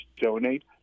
donate